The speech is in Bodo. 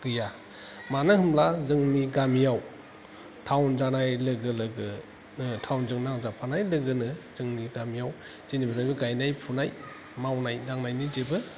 गैया मानो होमब्ला जोंनि गामियाव टाउन जानाय लोगो लोगो टाउनजों नांजाबफानाय लोगोनो जोंनि गामियाव जेनिफ्रायबो गायनाय फुनाय मावनाय दांनायनि जेबो